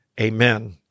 amen